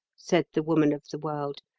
said the woman of the world.